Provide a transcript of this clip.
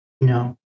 No